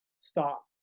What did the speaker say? stop